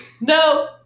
No